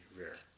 rare